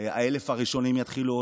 ה-1,000 הראשונים יתחילו,